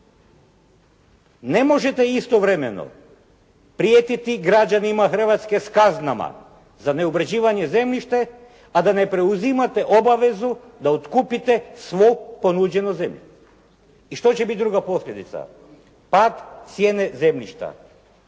Ne možete istovremeno prijetiti građanima Hrvatske s kaznama za neobrađivanje zemljišta a da ne preuzimate obavezu da otkupite svu ponuđenu zemlju. I što će biti druga posljedica? Pad cijene zemljišta.